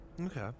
Okay